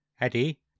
Eddie